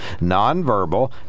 nonverbal